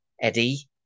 Eddie